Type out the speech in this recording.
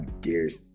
Gears